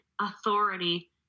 authority